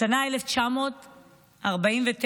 השנה 1949,